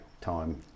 time